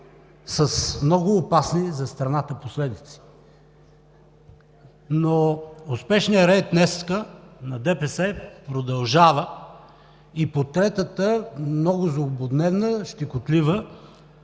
С много опасни за страната последици. Но успешният рейд днес на ДПС продължава и по третата, много злободневна, щекотлива